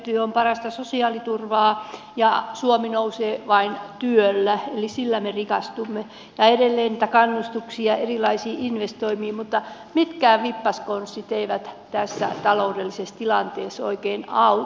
työ on parasta sosiaaliturvaa ja suomi nousee vain työllä eli sillä me rikastumme ja edelleen tarvitaan kannustuksia erilaisiin investointeihin mutta mitkään vippaskonstit eivät tässä taloudellisessa tilanteessa oikein auta